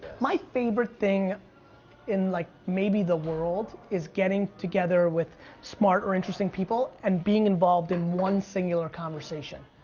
my favorite thing in, like, maybe the world, is getting together with smart or interesting people and being involved in one singular conversation.